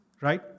right